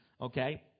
Okay